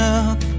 up